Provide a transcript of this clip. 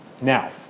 Now